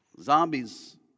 Zombies